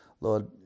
Lord